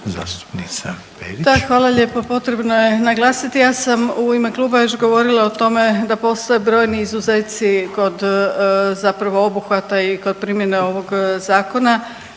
Grozdana (HDZ)** Da, hvala lijepo, potrebno je naglasiti. Ja sam u ime kluba još govorila o tome da postoje brojni izuzeci kod zapravo obuhvata i kod primjene ovog zakona,